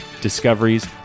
discoveries